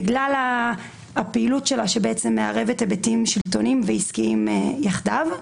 בגלל הפעילות שלה שמערבת היבטים שלטוניים ועסקיים יחדיו.